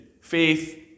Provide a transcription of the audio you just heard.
faith